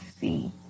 see